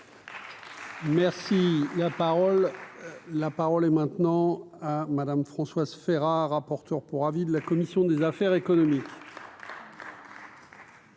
parole, la parole est maintenant Madame Françoise Férat, rapporteur pour avis de la commission des affaires économiques.